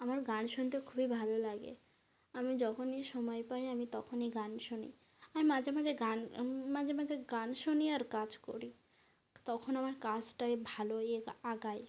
আমার গান শুনতে খুবই ভালো লাগে আমি যখনই সময় পাই আমি তখনই গান শুনি আমি মাঝে মাঝে গান মাঝে মাঝে গান শুনি আর কাজ করি তখন আমার কাজটাই ভালোই আগায়